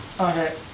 Okay